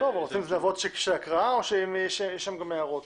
של הקראה או הערות?